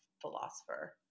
philosopher